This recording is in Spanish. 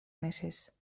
meses